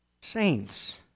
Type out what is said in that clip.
saints